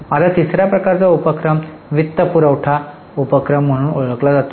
आता तिसरा प्रकारचा उपक्रम वित्तपुरवठा उपक्रम म्हणून ओळखला जातो